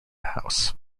house